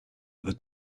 other